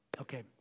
Okay